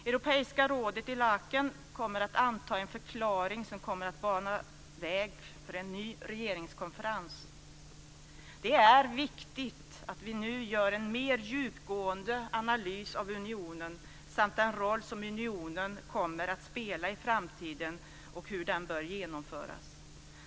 Europeiska rådet i Laeken kommer att anta en förklaring som kommer att bana väg för en ny regeringskonferens. Det är viktigt att vi nu gör en mer djupgående analys av unionen samt den roll som unionen kommer att spela i framtiden.